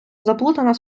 заплутана